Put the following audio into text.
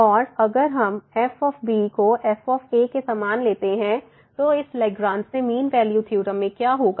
और अगर हम f f लेते हैं तो इस लैग्रेंज मीन वैल्यू थ्योरम में क्या होगा